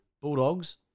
Bulldogs